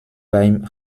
beim